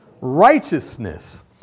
Righteousness